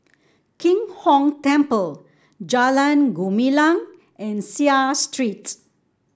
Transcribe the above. Kim Hong Temple Jalan Gumilang and Seah Street